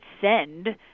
send